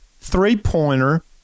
three-pointer